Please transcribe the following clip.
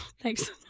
Thanks